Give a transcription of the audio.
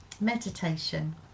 meditation